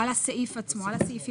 על הסעיפים עצמם.